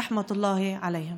רחמת אללה עליהם.